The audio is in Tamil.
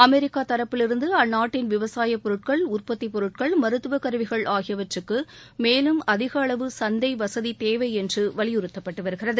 அமெரிக்கா தரப்பிலிருந்து அந்நாட்டின் விவசாய பொருட்கள் உற்பத்தி பொருட்கள் மருத்துவ கருவிகள் ஆகியவற்றுக்கு மேலும் அதிக அளவு சந்தை வசதி தேவை என்று வலியுறுத்தப்பட்டு வருகிறது